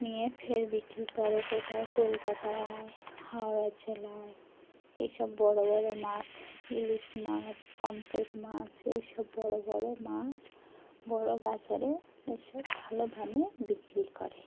নিয়ে ফের বিক্রি করে কোথায় কলকাতায়ায় হাওড়া জেলায় এইসব বড়ো বড়ো মাছ ইলিশ মাছ পম্ফ্রেট মাছ এইসব বড়ো বড়ো মাছ বড়ো বাজারে এইসব ভালো দামে বিক্রি করে